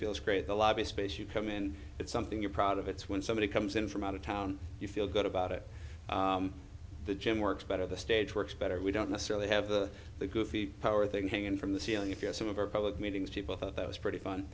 feels great the lobby space you come in it's something you're proud of it's when somebody comes in from out of town you feel good about it the gym works better the stage works better we don't necessarily have a goofy power thing hanging from the ceiling if you have some of our public meetings people thought that was pretty fun